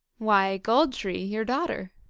why, gold-tree, your daughter.